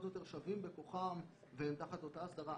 או יותר שווים בכוחם והם תחת אותה אסדרה.